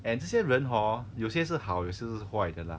and 这些人 hor 有些是好有些是坏的啦